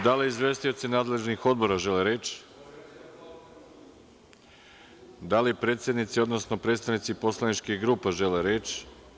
Da li izvestioci nadležnih odbora žele reč? (Ne) Da li predsednici, odnosno predstavnici poslaničkih grupa žele reč?